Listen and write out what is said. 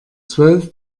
zwölf